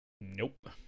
Nope